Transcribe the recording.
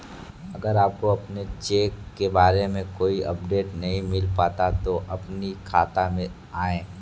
अगर आपको अपने चेक के बारे में कोई अपडेट नहीं मिल पाता है तो अपनी शाखा में आएं